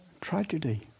tragedy